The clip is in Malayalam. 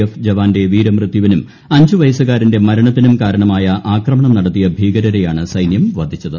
എഫ് ജവാന്റെ വീരമൃത്യുപിനും അഞ്ചു വയസ്സുകാരന്റെ മരണത്തിനും കാരണമായ ആക്രമണം നടത്തിയ ഭീകരരെയാണ് സൈന്യം വധിച്ചത്